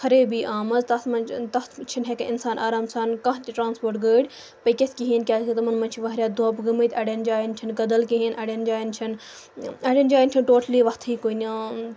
خرٲبی آمٕژ تَتھ منٛز تَتھ چھِنہٕ ہیٚکہِ اِنسان آرام سان کانٛہہ تہِ ٹرٛانَسپوٹ گٲڑۍ پٔکِتھ کِہیٖنۍ کیٛازِکہِ تمَن منٛز چھِ واریاہ دۄب گٔمٕتۍ اَڑٮ۪ن جایَن چھِنہٕ کٔدٕل کِہیٖنۍ اَڑٮ۪ن جایَن چھِنہٕ اَڑٮ۪ن جایَن چھِنہٕ ٹوٹلی وَتھٕے کُنہِ